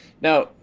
Now